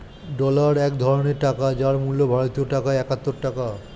dollar এক ধরনের টাকা যার মূল্য ভারতীয় টাকায় একাত্তর টাকা